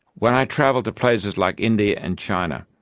when i travel to places like india and china,